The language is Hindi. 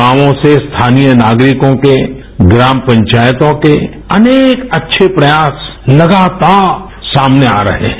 गांवो से स्थानीय नागरिकों के ग्राम पंचायतों के अनेक अच्छे प्रयास लगातार सामने आ रहे हैं